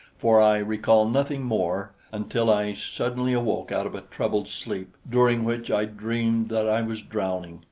for i recall nothing more until i suddenly awoke out of a troubled sleep, during which i dreamed i was drowning,